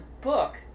book